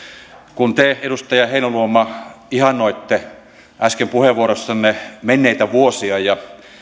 kun te edustaja heinäluoma ihannoitte äsken puheenvuorossanne menneitä vuosia ja